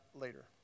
later